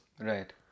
Right